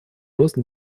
рост